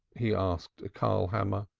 he asked karlkammer.